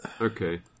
okay